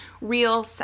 real